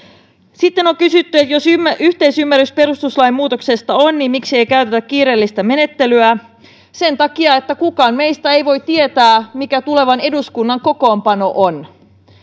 sitten on kysytty että jos yhteisymmärrys perustuslain muutoksesta on niin miksi ei käytetä kiireellistä menettelyä sen takia että kukaan meistä ei voi tietää mikä tulevan eduskunnan kokoonpano on